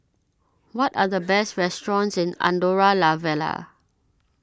what are the best restaurants in Andorra La Vella